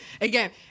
Again